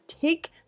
take